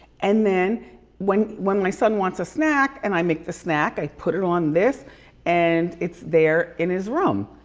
and then when when my son wants a snack and i make the snack i put it on this and it's there in his room.